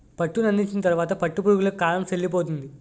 పట్టునందించిన తరువాత పట్టు పురుగులకు కాలం సెల్లిపోతుంది